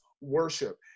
worship